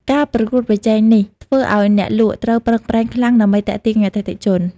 ការប្រកួតប្រជែងនេះធ្វើឱ្យអ្នកលក់ត្រូវប្រឹងប្រែងខ្លាំងដើម្បីទាក់ទាញអតិថិជន។